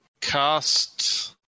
cast